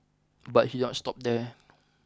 but he did not stop there